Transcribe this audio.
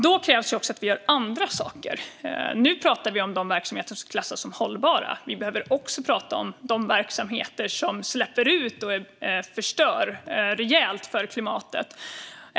Då krävs det också att vi gör andra saker. Nu pratar vi om de verksamheter som klassas som hållbara. Vi behöver också prata om de verksamheter som släpper ut och förstör rejält för klimatet.